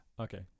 Okay